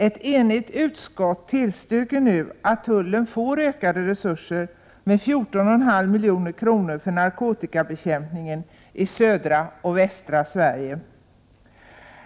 Ett enigt utskott tillstyrker nu att tullen får en ökning av resurserna med 14,5 milj.kr. för narkotikabekämpningen i södra och västra Sverige.